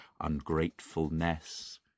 ungratefulness